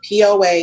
POA